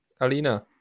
alina